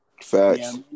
Facts